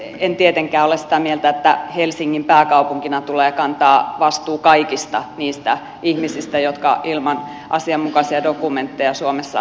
en tietenkään ole sitä mieltä että helsingin pääkaupunkina tulee kantaa vastuu kaikista niistä ihmisistä jotka ilman asianmukaisia dokumentteja suomessa oleskelevat